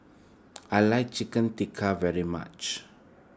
I like Chicken Tikka very much